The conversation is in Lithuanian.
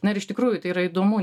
na ir iš tikrųjų tai yra įdomu